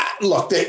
look